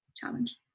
challenge